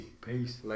Peace